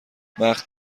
وقت